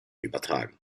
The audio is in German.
übertragen